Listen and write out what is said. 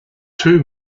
two